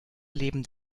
leben